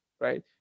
right